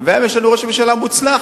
והיום יש לנו ראש ממשלה מוצלח,